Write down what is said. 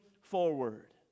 forward